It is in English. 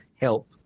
help